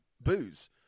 booze